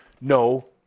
No